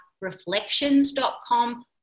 reflections.com